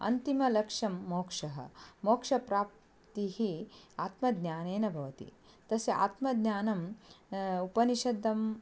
अन्तिमलक्ष्यं मोक्षः मोक्षप्राप्तिः आत्मज्ञानेन भवति तस्य आत्मज्ञानम् उपनिषदं